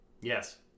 Yes